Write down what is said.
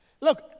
Look